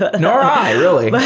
ah nor i, really